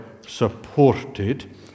supported